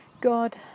God